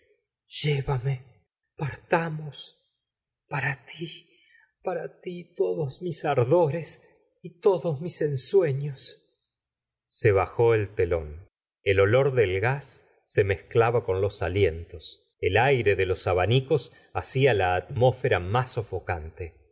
llévame partamos para ti para ti todos mis ardores y lodos mis ensueños se bajó el telón el olor del gas se mezclaba con los alientos el aire de los abanicos hacia la atmósfera más sofocante